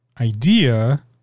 idea